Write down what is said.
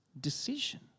decision